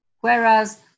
Whereas